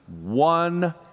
one